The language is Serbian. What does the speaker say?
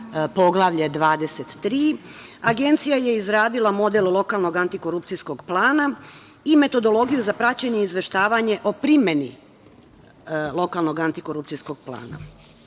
Poglavlje 23, Agencija je izradila model antikorupcijskog plana i metodologiju za praćenje i izveštavanje o primeni lokalnog antikorupcijskog plana. Od